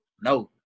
No